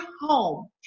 home